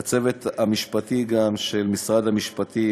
גם לצוות המשפטי של משרד המשפטים,